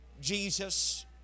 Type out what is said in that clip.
Jesus